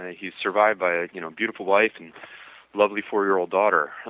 he is survived by a you know beautiful wife and lovely four-year old daughter.